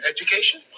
Education